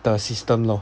的 system lor